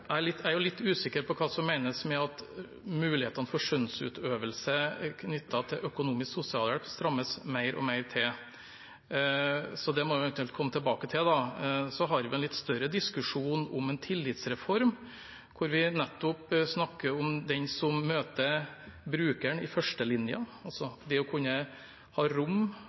Jeg er litt usikker på hva som menes med at mulighetene for skjønnsutøvelse knyttet til økonomisk sosialhjelp strammes mer og mer til, så det må vi eventuelt komme tilbake til. Så har vi en litt større diskusjon om en tillitsreform, hvor vi nettopp snakker om den som møter brukeren i førstelinja, altså om det å kunne ha rom